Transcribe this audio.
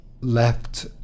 left